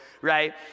right